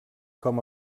com